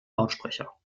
lautsprecher